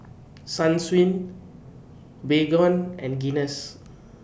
Sunsweet Baygon and Guinness